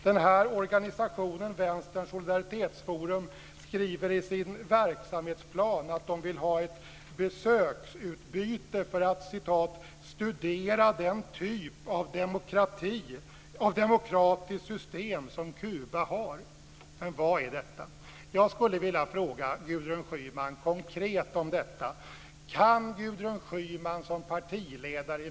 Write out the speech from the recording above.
Den här organisationen, Vänsterns solidaritetsforum, skriver i sin verksamhetsplan att de vill ha ett besöksutbyte för att studera den typ av demokratiskt system som Kuba har. Vad är detta?